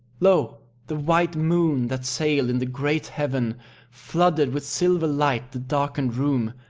lo! the white moon that sailed in the great heaven flooded with silver light the darkened room,